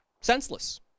senseless